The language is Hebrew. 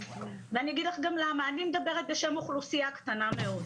אני מדברת בשם אוכלוסייה קטנה מאוד